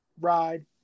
ride